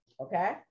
Okay